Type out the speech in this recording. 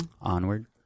Onward